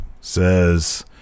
says